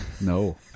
No